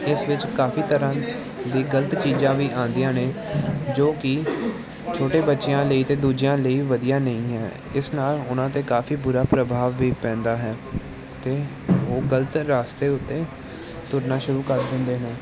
ਇਸ ਵਿੱਚ ਕਾਫੀ ਤਰ੍ਹਾਂ ਦੀ ਗਲਤ ਚੀਜ਼ਾਂ ਵੀ ਆਉਂਦੀਆਂ ਨੇ ਜੋ ਕਿ ਛੋਟੇ ਬੱਚਿਆਂ ਲਈ ਅਤੇ ਦੂਜਿਆਂ ਲਈ ਵਧੀਆ ਨਹੀਂ ਹੈ ਇਸ ਨਾਲ ਉਹਨਾਂ 'ਤੇ ਕਾਫੀ ਬੁਰਾ ਪ੍ਰਭਾਵ ਵੀ ਪੈਂਦਾ ਹੈ ਅਤੇ ਉਹ ਗਲਤ ਰਸਤੇ ਉੱਤੇ ਤੁਰਨਾ ਸ਼ੁਰੂ ਕਰ ਦਿੰਦੇ ਨੇ